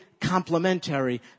complementary